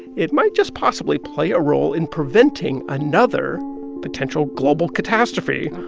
it might just possibly play a role in preventing another potential global catastrophe,